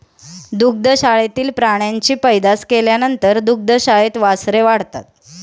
दुग्धशाळेतील प्राण्यांची पैदास केल्यानंतर दुग्धशाळेत वासरे वाढतात